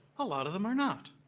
a lot of them are not.